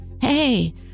Hey